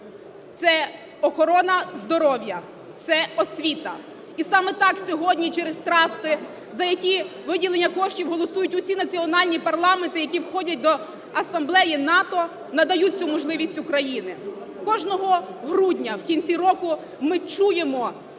це охорона здоров'я, це освіта. І саме так сьогодні через трасти, за які виділення коштів голосують усі національні парламенти, які входять до асамблеї НАТО, надають цю можливість Україні. Кожного грудня в кінці року ми чуємо,